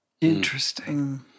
Interesting